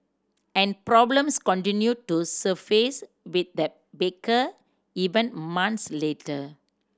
and problems continued to surface with the baker even months later